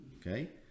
Okay